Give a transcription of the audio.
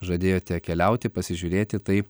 žadėjote keliauti pasižiūrėti tai